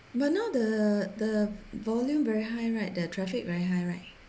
but now the the volume very high right the traffic very high right